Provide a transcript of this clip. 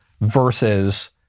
versus